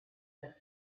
that